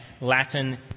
Latin